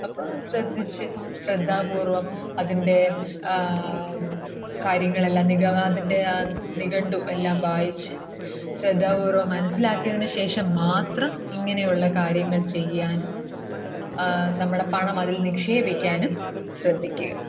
അപ്പോൾ ശ്രദ്ധിച്ച് ശ്രദ്ധാപൂർവ്വം അതിൻ്റെ കാര്യങ്ങളെല്ലാം അതിൻ്റെ ആ നിഘണ്ടു എല്ലാം വായിച്ച് ശ്രദ്ധാപൂർവ്വം മനസ്സിലാക്കിയതിന് ശേഷം മാത്രം ഇങ്ങനെയുള്ള കാര്യങ്ങൾ ചെയ്യാനും നമ്മുടെ പണം അതിൽ നിക്ഷേപിക്കാനും ശ്രദ്ധിക്കുക